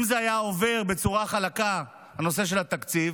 אם היה עובר בצורה חלקה הנושא של התקציב,